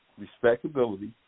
respectability